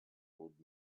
old